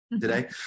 today